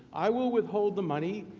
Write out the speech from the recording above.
i will withhold the money,